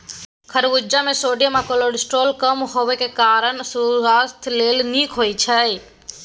खरबुज मे सोडियम आ कोलेस्ट्रॉल कम हेबाक कारणेँ सुआस्थ लेल नीक होइ छै